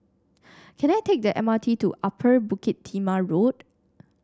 can I take the M R T to Upper Bukit Timah Road